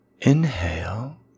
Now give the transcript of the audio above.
inhale